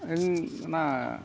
ᱤᱧ ᱚᱱᱟ